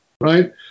right